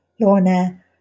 Lorna